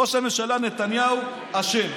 ראש הממשלה נתניהו אשם.